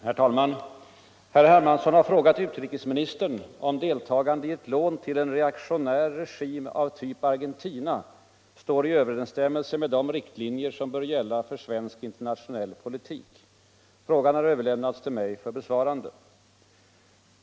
Herr talman! Herr Hermansson har frågat utrikesministern om deltagande i ett lån till en reaktionär regim av typ Argentina står i överensstämmelse med de riktlinjer som bör gälla för svensk internationet politik. Frågan har överlämnats till mig för besvarande.